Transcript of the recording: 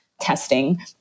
testing